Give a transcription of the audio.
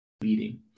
leading